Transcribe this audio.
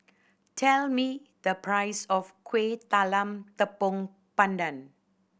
tell me the price of Kuih Talam Tepong Pandan